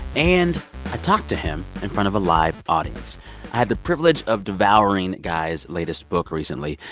and i talked to him in front of a live audience. i had the privilege of devouring guy's latest book recently.